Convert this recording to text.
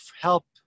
help